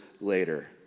later